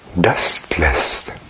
dustless